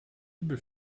übel